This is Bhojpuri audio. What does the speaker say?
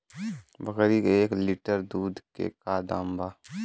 बकरी के एक लीटर दूध के का दाम बा?